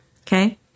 Okay